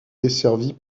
desservie